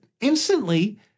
instantly